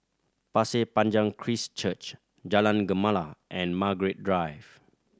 Pasir Panjang Christ Church Jalan Gemala and Margaret Drive